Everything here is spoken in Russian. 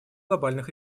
глобальных